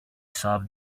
solved